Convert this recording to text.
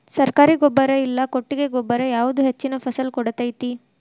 ಸರ್ಕಾರಿ ಗೊಬ್ಬರ ಇಲ್ಲಾ ಕೊಟ್ಟಿಗೆ ಗೊಬ್ಬರ ಯಾವುದು ಹೆಚ್ಚಿನ ಫಸಲ್ ಕೊಡತೈತಿ?